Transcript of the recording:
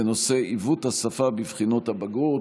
בנושא: עיוות השפה בבחינות הבגרות.